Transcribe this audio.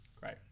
great